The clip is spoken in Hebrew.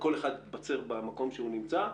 וכל אחד יתבצר במקום שהוא נמצא,